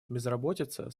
безработица